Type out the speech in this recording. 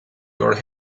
your